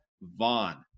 Vaughn